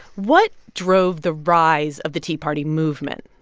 what drove the rise of the tea party movement?